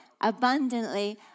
abundantly